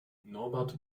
norbert